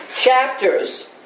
chapters